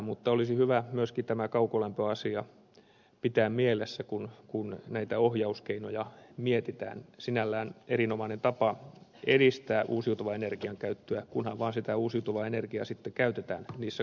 mutta olisi hyvä myöskin tämä kaukolämpöasia pitää mielessä kun näitä ohjauskeinoja mietitään sinällään erinomainen tapa edistää uusiutuvan energian käyttöä kunhan vaan sitä uusiutuvaa energiaa sitten käytetään niissä kaukolämpölaitoksissa